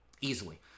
Easily